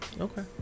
Okay